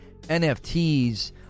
NFTs